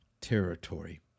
territory